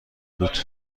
بود